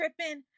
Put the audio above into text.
tripping